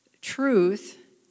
truth